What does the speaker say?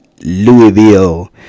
Louisville